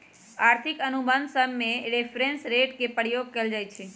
आर्थिक अनुबंध सभमें रेफरेंस रेट के प्रयोग कएल जाइ छइ